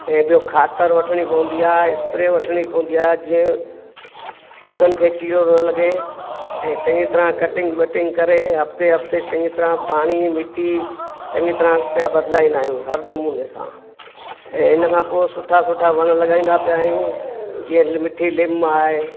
ऐं ॿियो ख़ातिर वठिणी पवंदी आहे स्प्रे वठिणी पवंदी आहे जीअं पौधनि खे कीड़ो न लॻे ऐं चङी तरह कंटिंग वटिंग करे हफ़्ते हफ़्ते चङी तरह पाणी मिट्टी चङी तरह पिया बदलाईंदा आहियूं हरदम उन सां ऐं इनखां पोइ सुठा सुठा वण लॻाईंदा पिया आहियूं जीअं मिठी लिम आहे